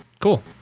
Cool